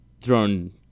thrown